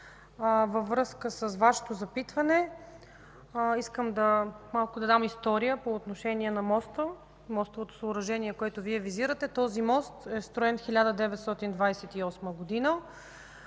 във връзка с Вашето запитване искам да дам малко история по отношение на мостовото съоръжение, което Вие визирате. Този мост е строен през 1928 г.